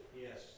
Yes